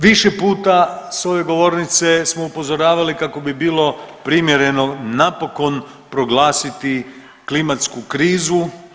Više puta sa ove govornice smo upozoravali kako bi bilo primjereno napokon proglasiti klimatsku krizu.